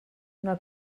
una